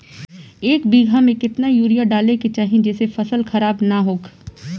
एक बीघा में केतना यूरिया डाले के चाहि जेसे फसल खराब ना होख?